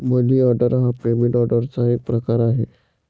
मनी order हा payment ऑर्डरचा एक प्रकार आहे